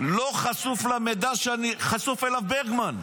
לא חשוף למידע שחשוף אליו ברגמן.